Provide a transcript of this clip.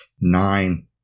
Nine